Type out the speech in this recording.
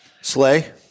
Slay